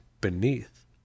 beneath